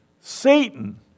Satan